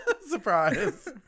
Surprise